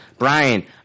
Brian